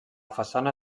façana